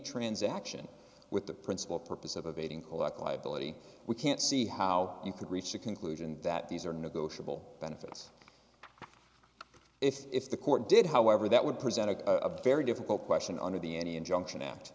transaction with the principal purpose of evading collect liability we can't see how you could reach a conclusion that these are negotiable benefits if the court did however that would present a very difficult question under the any injunction